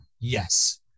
Yes